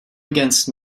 against